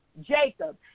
Jacob